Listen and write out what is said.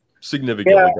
Significantly